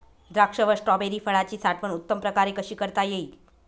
द्राक्ष व स्ट्रॉबेरी फळाची साठवण उत्तम प्रकारे कशी करता येईल?